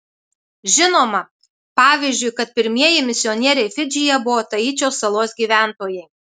žinoma pavyzdžiui kad pirmieji misionieriai fidžyje buvo taičio salos gyventojai